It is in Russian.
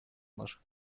наших